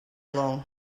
long